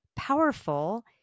powerful